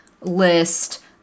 list